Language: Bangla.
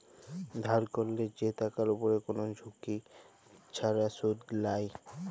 ধার ক্যরলে যে টাকার উপরে কোন ঝুঁকি ছাড়া শুধ লায়